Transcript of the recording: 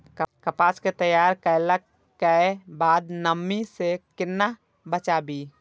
कपास के तैयार कैला कै बाद नमी से केना बचाबी?